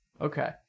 Okay